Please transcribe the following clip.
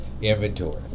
inventory